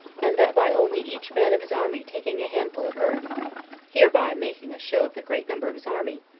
and that by only each man of his army taking a handful of earth hereby making a show of the great number of his army,